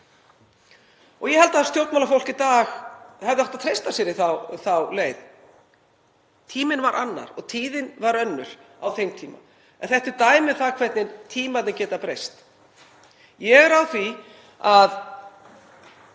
Ég held að stjórnmálafólk í dag hefði átt að treysta sér í þá leið. Tíminn var annar, tíðin var önnur á þeim tíma. En þetta er dæmi um það hvernig tímarnir geta breyst. Ég er á því að